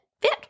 Fit